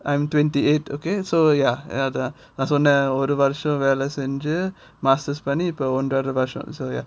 I'm twenty eight okay so ya அதான் நான் சொன்னேன் வந்து ஒரு வருஷம் வேலை செஞ்சு:adhan nan sonnen vandhu oru varusam vela senju masters பண்ணி இப்போ ஒண்டரை வருஷம்:panni ippo onrara varusam so ya